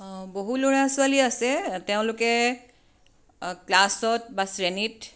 বহু ল'ৰা ছোৱালী আছে তেওঁলোকে ক্লাছত বা শ্ৰেণীত